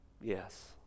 Yes